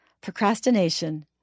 procrastination